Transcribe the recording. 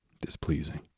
displeasing